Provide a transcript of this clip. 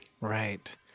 Right